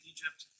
Egypt